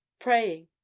Praying